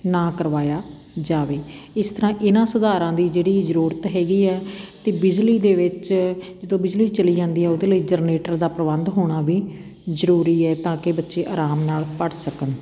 ਨਾ ਕਰਵਾਇਆ ਜਾਵੇ ਇਸ ਤਰ੍ਹਾਂ ਇਹਨਾਂ ਸੁਧਾਰਾਂ ਦੀ ਜਿਹੜੀ ਜ਼ਰੂਰਤ ਹੈਗੀ ਆ ਅਤੇ ਬਿਜਲੀ ਦੇ ਵਿੱਚ ਜਦੋਂ ਬਿਜਲੀ ਚਲੀ ਜਾਂਦੀ ਆ ਉਹਦੇ ਲਈ ਜਰਨੇਟਰ ਦਾ ਪ੍ਰਬੰਧ ਹੋਣਾ ਵੀ ਜ਼ਰੂਰੀ ਹੈ ਤਾਂ ਕਿ ਬੱਚੇ ਅਰਾਮ ਨਾਲ ਪੜ੍ਹ ਸਕਣ